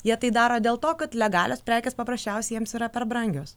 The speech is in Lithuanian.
jie tai daro dėl to kad legalios prekės paprasčiausiai jiems yra per brangios